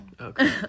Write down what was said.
Okay